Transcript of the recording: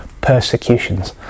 Persecutions